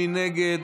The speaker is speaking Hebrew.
מי נגד?